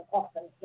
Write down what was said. often